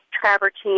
travertine